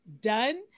done